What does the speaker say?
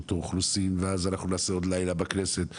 האוכלוסין ואז אנחנו נעשה עוד לילה בכנסת.